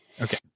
Okay